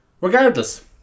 Regardless